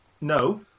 No